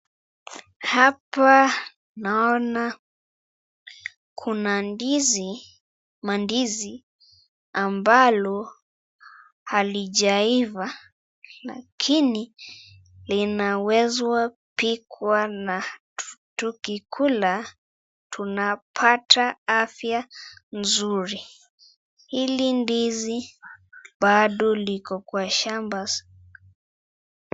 Hapa naona kuna ndizi, mandizi ambalo halijaiva lakini linaweza pikwa na tukikula tunapata afya nzuri, hili ndizi bado iko kwa shamba sa ....